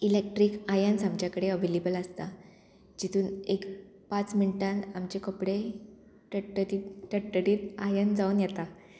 electric irons आमचे कडे available आसता जितून एक पांच मिनटान आमचे कपडे तटतटीत तटतटीत आयन जावन येता